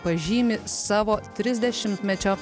pažymi savo trisdešimtmečio